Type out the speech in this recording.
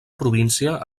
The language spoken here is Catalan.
província